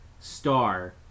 star